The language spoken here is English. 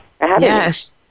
Yes